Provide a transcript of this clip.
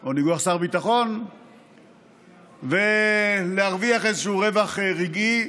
או ניגוח שר ביטחון ולהרוויח איזשהו רווח רגעי,